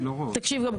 תקשיב גם,